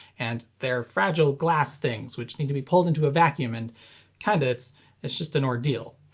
and they're fragile glass things which need to be pulled into a vacuum and kinda it's it's just an ordeal.